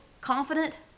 confident